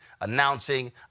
announcing